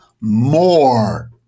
more